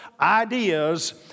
ideas